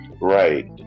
right